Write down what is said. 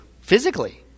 physically